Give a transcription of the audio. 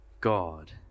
God